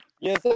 Yes